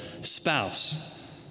spouse